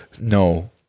No